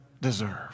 deserve